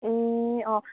ए अँ